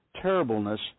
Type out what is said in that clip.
terribleness